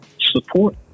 support